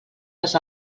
les